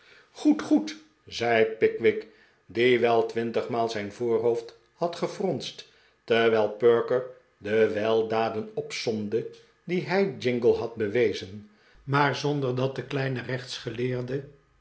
goed goed zei pickwick die wel twintigmaal zijn voorhoofd had gefronst terwijl perker de wel dad en opspmde die hij jingle had bewezen maar zonder dat de kleine